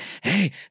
hey